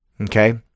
Okay